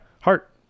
Heart